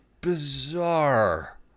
bizarre